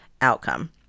outcome